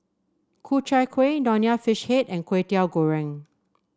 Ku Chai Kueh Nonya Fish Head and Kwetiau Goreng